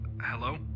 Hello